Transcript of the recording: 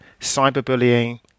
cyberbullying